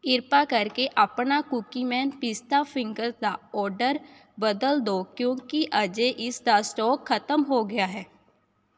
ਕ੍ਰਿਪਾ ਕਰਕੇ ਆਪਣਾ ਕੂਕੀ ਮੈਨ ਪਿਸਤਾ ਫਿੰਗਰਸ ਦਾ ਔਡਰ ਬਦਲ ਦਿਉ ਕਿਉਂਕਿ ਅਜੇ ਇਸ ਦਾ ਸਟੋਕ ਖਤਮ ਹੋ ਗਿਆ ਹੈ